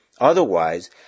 Otherwise